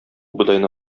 бодайны